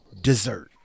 dessert